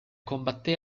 combatté